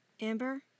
Amber